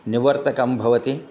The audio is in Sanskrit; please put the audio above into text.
निवर्तकं भवति